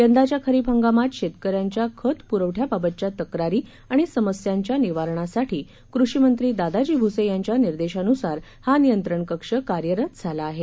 यंदाच्या खरीप इंगामात शेतकऱ्यांच्या खत पुरवठ्याबाबतच्या तक्रारी आणि समस्यांच्या निवारणासाठी कृषीमंत्री दादाजी भूसे यांच्या निर्देशानुसार हा नियंत्रण कक्ष कार्यरत झाला आहे